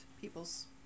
people's